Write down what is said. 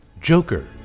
Joker